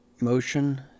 motion